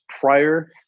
prior